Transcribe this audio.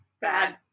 Bad